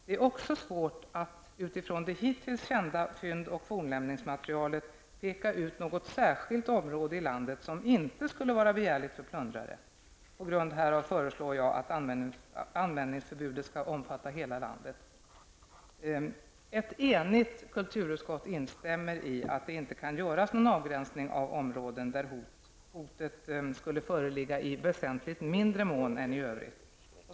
Det är också svårt att -- utifrån det hittills kända fynd och fornlämningsmaterialet -- peka ut något särskilt område i landet som inte skulle vara begärligt för plundrare. På grund härav föreslår jag att användningsförbudet skall omfatta hela landet.'' Ett enigt kulturutskott instämmer i att det inte kan göras någon avgränsning av områden där hotet skulle föreligga i väsentligt mindre mån än i övrigt.